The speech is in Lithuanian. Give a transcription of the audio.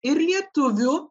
ir lietuvių